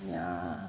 ya